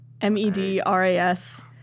M-E-D-R-A-S